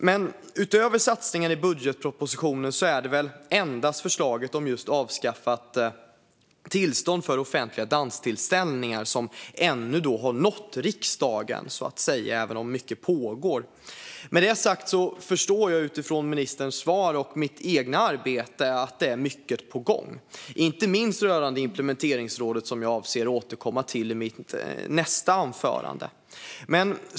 Men utöver satsningarna i budgetpropositionen är det väl endast förslaget om avskaffat tillståndskrav för offentliga danstillställningar som ännu har nått riksdagen, även om mycket pågår. Jag förstår utifrån ministerns svar och mitt eget arbete att mycket är på gång, inte minst rörande implementeringsrådet, som jag avser att återkomma till i mitt nästa anförande.